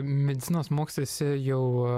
medicinos moksluose jau